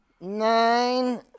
Nine